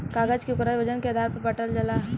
कागज के ओकरा वजन के आधार पर बाटल जाला